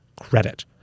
credit